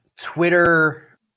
twitter